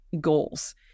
goals